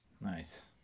nice